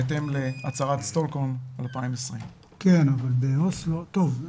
בהתאם להצהרת שטוקהולם 2020. אני מקווה שתציגו